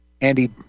Andy